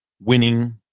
winning